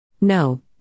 No